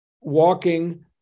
walking